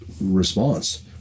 response